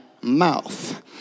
mouth